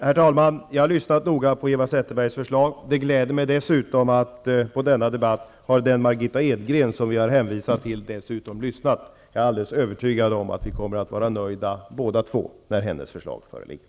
Herr talman! Jag har lyssnat noga på Eva Zetterbergs förslag. Det gläder mig dessutom att Margitta Edgren, som vi har hänvisat till, har lyssnat på denna debatt. Jag är helt övertygad om att vi kommer att vara nöjda båda två när hennes förslag föreligger.